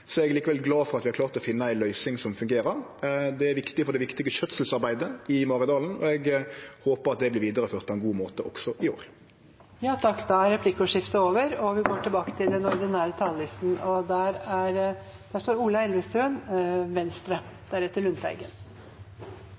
er eg likevel glad for at vi har klart å finne ei løysing som fungerer. Det er viktig for det viktige skjøtselsarbeidet i Maridalen. Og eg håpar at det vert vidareført på ein god måte også i år. Replikkordskiftet er over. De talere som heretter får ordet, har også en taletid på inntil 3 minutter. Jeg er